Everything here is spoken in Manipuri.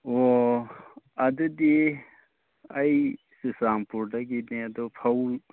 ꯑꯣ ꯑꯗꯨꯗꯤ ꯑꯩ ꯆꯨꯆꯥꯟꯄꯨꯔꯗꯒꯤꯅꯦ ꯑꯗꯣ ꯐꯧ